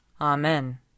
Amen